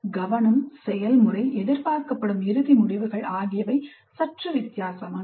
கவனம் செயல்முறை எதிர்பார்க்கப்படும் இறுதி முடிவுகள் சற்று வித்தியாசமானவை